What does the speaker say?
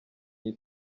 iyi